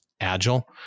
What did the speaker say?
agile